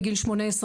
מגיל 18,